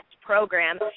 program